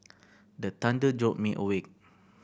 the thunder jolt me awake